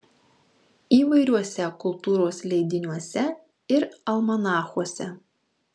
įvairiuose kultūros leidiniuose ir almanachuose